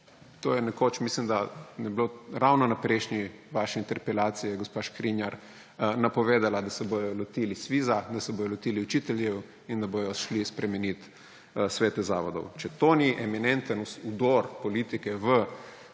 To je nekoč, mislim, da je bilo ravno na prejšnji vaši interpelaciji, gospa Škrinjar, napovedala, da se bodo lotili SVIZ-a, da se bodo lotili učiteljev in da bodo odšli spremeniti svete zavodov. Če to ni eminenten vdor politike v